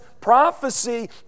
prophecy